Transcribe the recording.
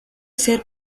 ser